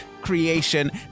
creation